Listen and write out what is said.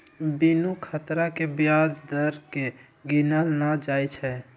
बिनु खतरा के ब्याज दर केँ गिनल न जाइ छइ